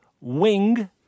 wing